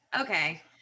okay